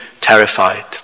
terrified